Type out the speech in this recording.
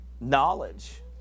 knowledge